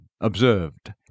observed